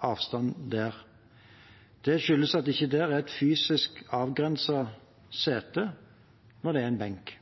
avstand. Det skyldes at det ikke er fysisk avgrensede seter når det er en benk.